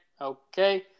Okay